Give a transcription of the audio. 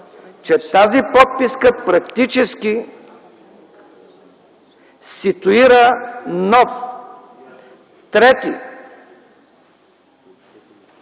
че тази подписка практически ситуира нов, трети